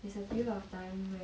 there's a period of time